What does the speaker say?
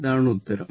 ഇതാണ് ഉത്തരം